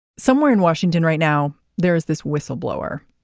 somewhere in washington right now there is this whistleblower.